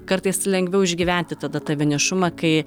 kartais lengviau išgyventi tada tą vienišumą kai